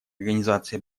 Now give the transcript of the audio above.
организации